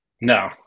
No